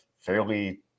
fairly